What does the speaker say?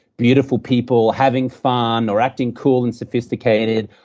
beautiful people having fun, or acting cool and sophisticated.